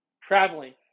traveling